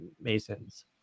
Masons